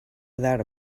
without